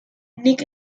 nick